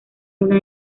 una